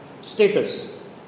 status